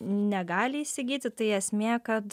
negali įsigyti tai esmė kad